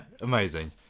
amazing